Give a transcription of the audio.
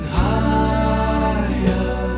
higher